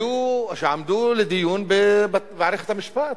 שעמדו לדיון במערכת המשפט,